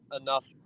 enough